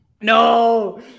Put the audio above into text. No